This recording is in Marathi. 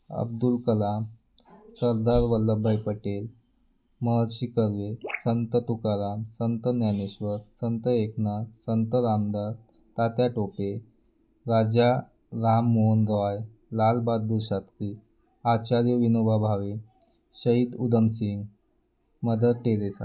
Abdul Kalam Sardar Vallabhbhai Patel Maharshi Karve Sant Tukaram Sant Dnyaneshwar Sant Eknath Sant Ramdas Tatya Tope Raja Rammohan Roy Lal Bahadur Shastri Acharya Vinoba Bhave Shaheed Udham Singh mother Teresa